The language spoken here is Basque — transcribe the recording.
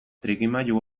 trikimailu